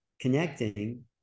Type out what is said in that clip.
connecting